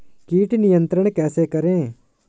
कीट नियंत्रण कैसे करें?